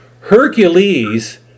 Hercules